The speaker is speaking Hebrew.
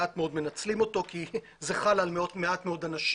מעט מאוד מנצלים אותו כי זה חל על מעט מאוד אנשים,